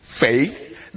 faith